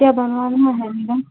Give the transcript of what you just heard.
क्या बनवाना है अंदर